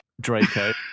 Draco